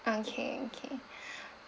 okay okay